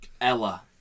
Ella